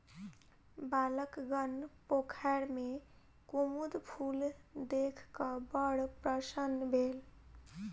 बालकगण पोखैर में कुमुद फूल देख क बड़ प्रसन्न भेल